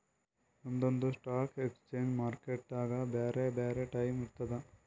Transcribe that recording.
ಒಂದೊಂದ್ stock exchange ಮಾರ್ಕೆಟ್ಗ್ ಬ್ಯಾರೆ ಬ್ಯಾರೆ ಟೈಮ್ ಇರ್ತದ್